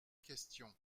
question